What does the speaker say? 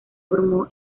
formó